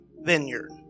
vineyard